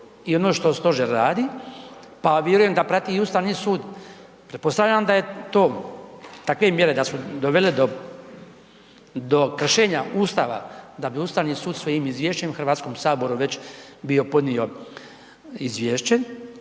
i ono što stožer, pa vjerujem da prati i Ustavni sud. Pretpostavljam da je to, takve mjere da su dovele do, do kršenja Ustava da bi Ustavni sud svojim izvješćem HS već bio podnio izvješće,